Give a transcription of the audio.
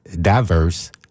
diverse